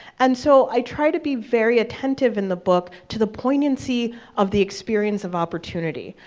and so, i try to be very attentive, in the book, to the poignancy of the experience of opportunity.